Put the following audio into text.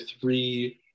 three